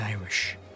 Irish